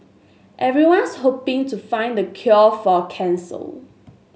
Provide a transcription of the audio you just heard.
everyone's hoping to find the cure for cancel